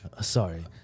Sorry